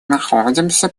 находимся